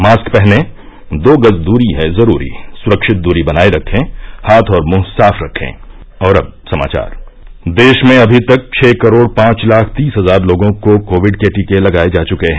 mask पहनें दो गज दूरी है जरूरी सुरक्षित दूरी बनाये रखें हाथ और मुंह साफ रखे देश में अभी तक छः करोड पांच लाख तीस हजार लोगों को कोविड के टीके लगाए जा चके हैं